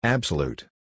Absolute